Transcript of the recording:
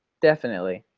definitely.